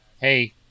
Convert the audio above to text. hey